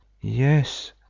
Yes